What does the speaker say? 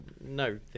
no